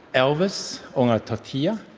elvis on a tortilla?